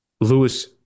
Lewis